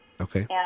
Okay